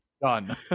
done